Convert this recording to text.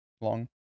long